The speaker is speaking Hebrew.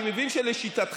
אני מבין שלשיטתכם,